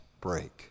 break